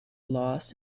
loss